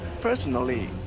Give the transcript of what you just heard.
Personally